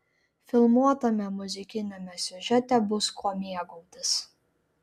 filmuotame muzikiniame siužete bus kuo mėgautis